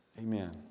Amen